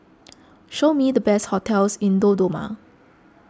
show me the best hotels in Dodoma